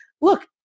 look